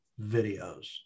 videos